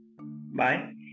bye